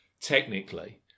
technically